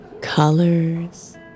colors